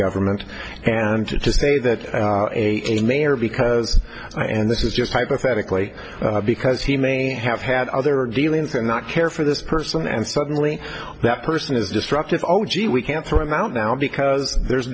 government and to just say that a mayor because and this is just hypothetically because he may have had other dealings and not care for this person and suddenly that person is destructive oh gee we can't throw him out now because there's